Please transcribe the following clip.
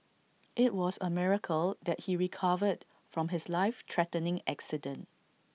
IT was A miracle that he recovered from his life threatening accident